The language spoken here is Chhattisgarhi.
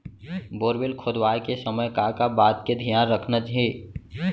बोरवेल खोदवाए के समय का का बात के धियान रखना हे?